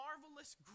marvelous